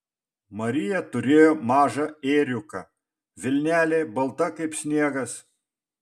marija turėjo mažą ėriuką vilnelė balta kaip sniegas